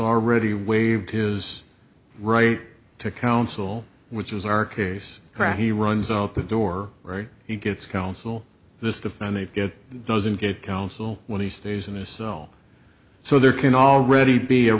already waived his right to counsel which is our case for he runs out the door right he gets counsel this defend they get doesn't get counsel when he stays in a cell so there can already be a